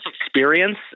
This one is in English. experience